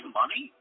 money